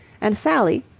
and sally,